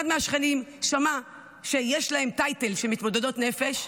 אחד מהשכנים שמע שיש להן טייטל של מתמודדות נפש,